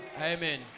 Amen